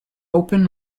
open